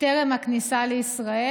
טרם הכניסה לישראל.